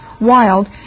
wild